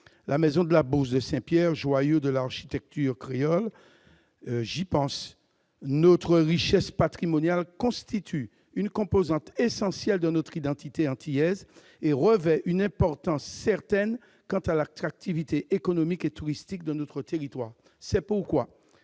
la maison de la Bourse de Saint-Pierre, joyau de l'architecture créole. Notre richesse patrimoniale constitue une composante essentielle de notre identité antillaise et revêt une importance certaine quant à l'attractivité économique et touristique de notre territoire. C'est pourquoi «